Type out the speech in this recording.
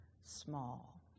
small